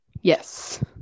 Yes